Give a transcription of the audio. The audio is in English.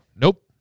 Nope